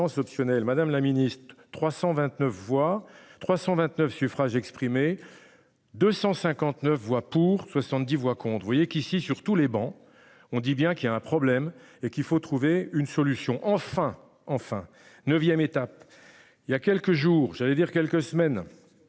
Madame la Ministre 329 voix, 329 suffrages exprimés. 259 voix pour, 70 voix compte. Vous voyez qu'ici sur tous les bancs. On dit bien qu'il y a un problème et qu'il faut trouver une solution enfin enfin 9ème étape. Il y a quelques jours, j'allais dire quelques semaines.